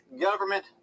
government